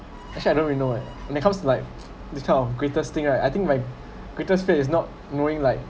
actually I don't really know eh when it comes to like this type of greatest thing right I think my greatest fear is not knowing like